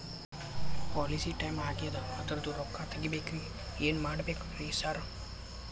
Policy time ಆಗ್ಯಾದ ಅದ್ರದು ರೊಕ್ಕ ತಗಬೇಕ್ರಿ ಏನ್ ಮಾಡ್ಬೇಕ್ ರಿ ಸಾರ್?